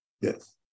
yes